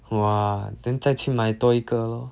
!wah! then 再去买多一个 lor